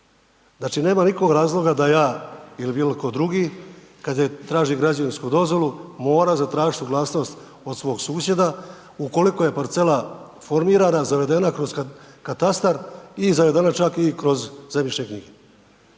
Znači nema nikog razloga da ja ili bilo tko drugi kada tražim građevinsku dozvolu mora zatražit suglasnost od svog susjeda ukoliko je parcela formirana, zavedena kroz katastar, i zavedena čak i kroz zemljišne knjige.